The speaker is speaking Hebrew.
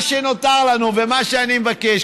מה שנותר לנו ומה שאני מבקש,